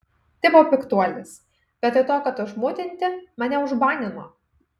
tipo piktuolis vietoj to kad užmutinti mane užbanino